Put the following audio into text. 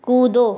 कूदो